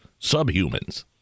subhumans